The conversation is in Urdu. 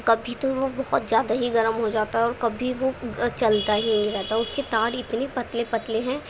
کبھی تو وہ بہت زیادہ ہی گرم ہو جاتا ہے اور کبھی وہ چلتا ہی نہیں رہتا اس کے تار اتنے پتلے پتلے ہیں کہ